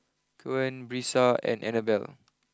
Coen Brisa and Annabelle